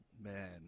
Man